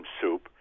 soup